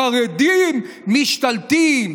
החרדים משתלטים,